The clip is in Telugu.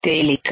తేలిక